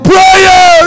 Prayer